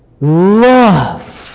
love